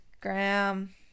Graham